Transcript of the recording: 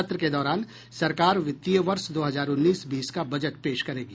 सत्र के दौरान सरकार वित्तीय वर्ष दो हजार उन्नीस बीस का बजट पेश करेगी